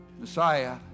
Messiah